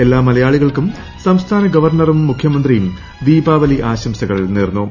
എല്ലാ മലയാളികൾക്കും സംസ്ഥാന ഗവർണറും മുഖ്യമന്ത്രിയും ദീപാവലി ആശംസകൾ നേർന്നു